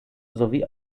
sowie